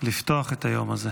לפתוח את היום הזה,